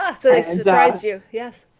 ah, so they surprised you, yes.